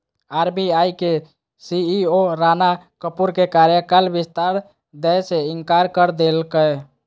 RBI के CEO Rana Kapoor के कार्यकाल विस्तार दय से इंकार कर देलकय